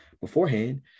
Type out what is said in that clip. beforehand